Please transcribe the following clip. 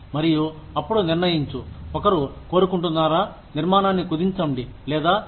మరియు అప్పుడు నిర్ణయించు ఒకరు కోరుకుంటున్నారా నిర్మాణాన్ని కుదించండి లేదా కాదా